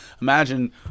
Imagine